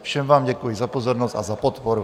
Všem vám děkuji za pozornost a za podporu.